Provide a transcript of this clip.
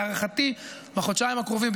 להערכתי בחודשיים הקרובים,